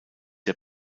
der